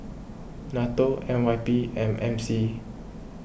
Nato N Y P and M C